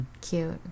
cute